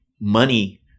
money